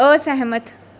ਅਸਹਿਮਤ